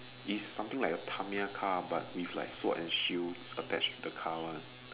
is something like a premier car but with like sword and shield attached to the car one